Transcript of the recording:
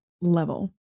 level